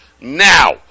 now